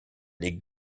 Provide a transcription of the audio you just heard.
les